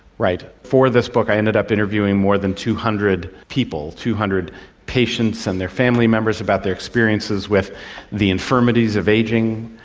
right. for this book i headed up interviewing more than two hundred people, two hundred patients and their family members about their experiences with the infirmities of ageing,